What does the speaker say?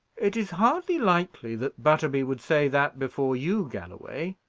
it is hardly likely that butterby would say that before you, galloway,